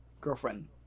girlfriend